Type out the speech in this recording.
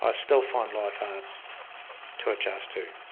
ah still find life hard to adjust to.